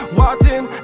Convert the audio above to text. watching